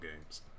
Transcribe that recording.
games